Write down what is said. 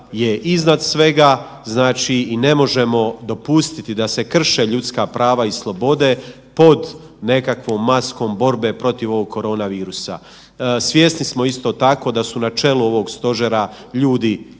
iznad svega i ne možemo dopustiti da se krše ljudska prava i slobode pod nekakvom maskom borbe protiv ovog korona virusa. Svjesni smo isto tako da su na čelu ovo stožera iz